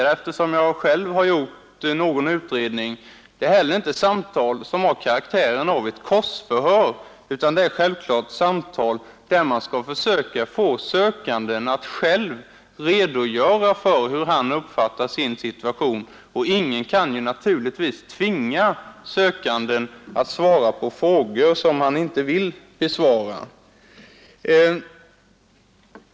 Eftersom jag själv har gjort någon utredning kan jag säga att samtalen inte heller har karaktären av korsförhör, utan i samtalen skall man få sökanden att själv redogöra för hur han uppfattar sin situation — och ingen kan naturligtvis tvinga sökanden att svara på frågor som han inte vill besvara.